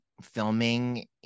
filming